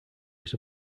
was